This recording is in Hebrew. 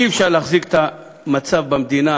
אי-אפשר להחזיק את המצב במדינה